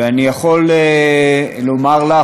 ואני יכול לומר לך,